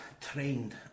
trained